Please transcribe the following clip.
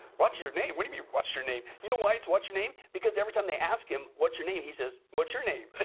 what's your name? what do you mean what's your name? you know why it's what's your name? because every time they ask them what's your name? he says, what's your name. but